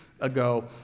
ago